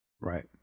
right